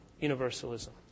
universalism